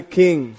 king